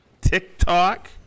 TikTok